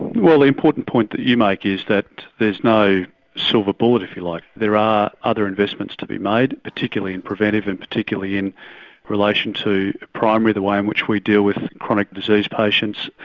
well the important point that you make is that there's no silver bullet if you like. there are other investments to be made, particularly in preventive and particularly in relation to primary, the way in which we deal with chronic disease patients,